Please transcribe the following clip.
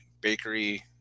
bakery